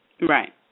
Right